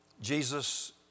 Jesus